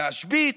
להשבית,